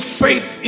faith